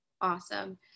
Awesome